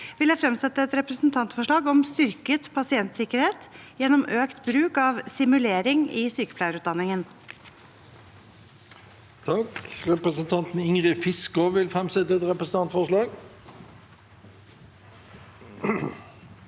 vil jeg fremsette et representantforslag om styrket pasientsikkerhet gjennom økt bruk av simulering i sykepleierutdanningen. Presidenten Representanten Ingrid Fiskaa vil framsette et representantforslag.